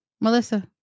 Melissa